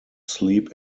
sleep